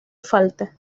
falta